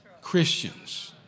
Christians